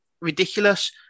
ridiculous